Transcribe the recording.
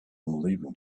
leaving